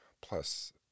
plus